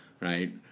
right